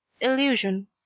Illusion